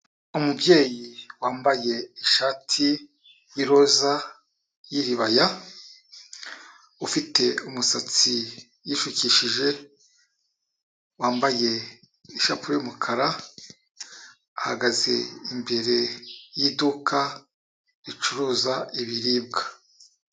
Umubyeyi wambaye ishati y'iroza y'iribaya, ufite umusatsi yisukishije wambaye ishapure y'umukara, ahagaze imbere y'iduka ricuruza ibiribwa.